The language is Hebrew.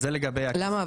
למה?